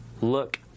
look